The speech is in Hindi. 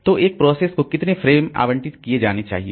तो एक प्रोसेस को कितने फ्रेम आवंटित किए जाने चाहिए